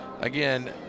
again